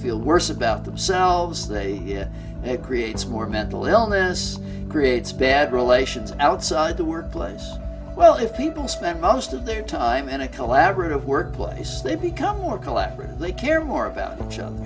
feel worse about themselves they get it creates more mental illness creates bad relations outside the workplace well if people spent most of their time in a collaborative work place they become more collaborative they care more about each